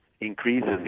increases